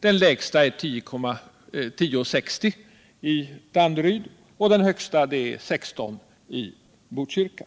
Den lägsta — i Danderyd — är 10:60 och den högsta — i Botkyrka — är 16:00.